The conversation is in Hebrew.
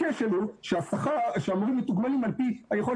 הכשל הוא שהמורים מתוגמלים על פי היכולת